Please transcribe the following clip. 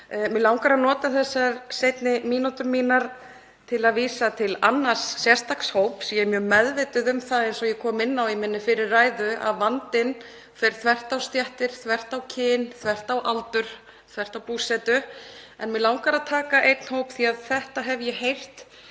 Mig langar að nota þessar seinni mínútur mínar til að vísa til annars sérstaks hóps. Ég er mjög meðvituð um það, eins og ég kom inn á í fyrri ræðu minni, að vandinn fer þvert á stéttir, þvert á kyn, þvert á aldur, þvert á búsetu. Mig langar að taka einn hóp út úr því að þetta hef ég heyrt